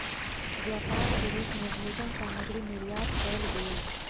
व्यापार के रूप मे भोजन सामग्री निर्यात कयल गेल